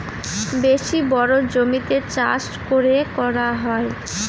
বেশি বড়ো জমিতে চাষ করে করা হয়